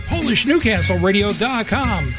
PolishNewcastleRadio.com